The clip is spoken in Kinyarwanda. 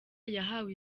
yahawe